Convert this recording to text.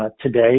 today